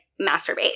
masturbate